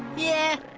yeah,